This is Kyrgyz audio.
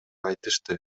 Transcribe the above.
айтышты